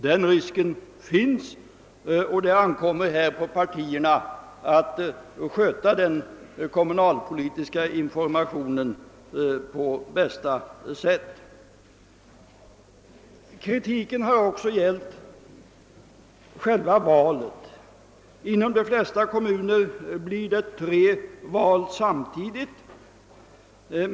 Den risken finns, och det ankommer på partierna att sköta den kommunalpolitiska informationen på bästa sätt. Kritiken har också gällt själva valet. Inom de flesta kommunerna blir det tre val samtidigt.